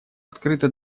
открыта